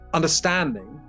Understanding